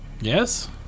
Yes